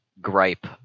gripe